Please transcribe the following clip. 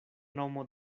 nomo